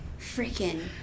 Freaking